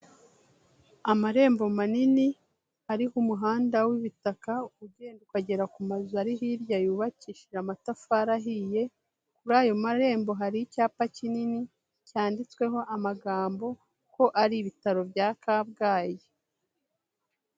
Amarembo manini ariho umuhanda w'ibitaka, ugenda ukagera ku mazu ari hirya yubakishije amatafari ahiye, kuri ayo marembo hari icyapa kinini, cyanditsweho amagambo ko ari ibitaro bya Kabgayi.